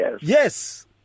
Yes